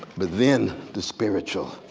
but then the spiritual.